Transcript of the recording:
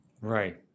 Right